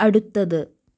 അടുത്തത്